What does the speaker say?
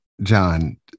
John